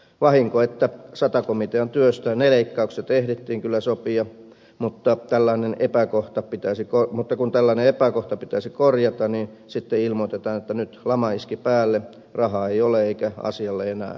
vahinko että sata komitean työstä ne leikkaukset ehdittiin kyllä sopia mutta kun tällainen epäkohta pitäisi korjata niin sitten ilmoitetaan että nyt lama iski päälle rahaa ei ole eikä asialle enää voida mitään